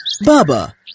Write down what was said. Baba